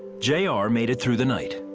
j r. made it through the night.